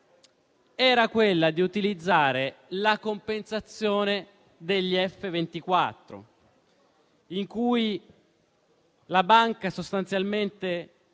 era quella di utilizzare la compensazione degli F24, in cui la banca sostanzialmente